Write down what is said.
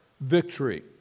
victory